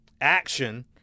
action